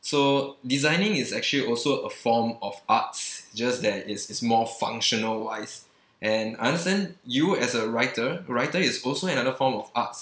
so designing is actually also a form of arts just that it's it's more functional wise and I understand you as a writer writer is also another form of arts